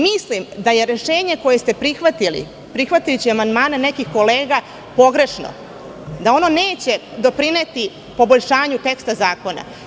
Mislim da je rešenje koje ste prihvatili, prihvatajući amandmane nekih kolega, pogrešno, da ono neće doprineti poboljšanju teksta zakona.